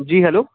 جی hello